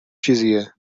چیزیه